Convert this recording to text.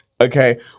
Okay